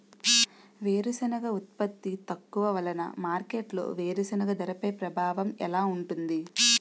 వేరుసెనగ ఉత్పత్తి తక్కువ వలన మార్కెట్లో వేరుసెనగ ధరపై ప్రభావం ఎలా ఉంటుంది?